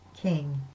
King